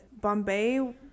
Bombay